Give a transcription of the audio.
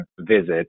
visit